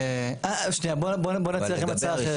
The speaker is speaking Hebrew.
אני אציע לכם הצעה אחרת.